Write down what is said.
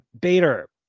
bader